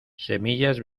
semillas